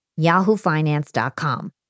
yahoofinance.com